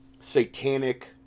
satanic